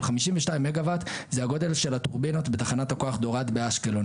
אבל 52 מגה וואט זה הגודל של הטורבינות בתחנת הכוח דוראד באשקלון.